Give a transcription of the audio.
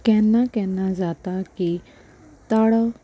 केन्ना केन्ना जाता की ताळो